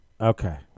Okay